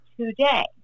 today